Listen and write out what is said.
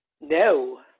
No